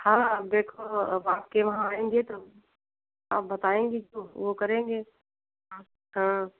हाँ देखो अब आपके यहाँ आएंगे तो आप बताएंगे वह करेंगे हाँ